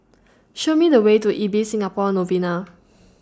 Show Me The Way to Ibis Singapore Novena